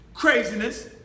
Craziness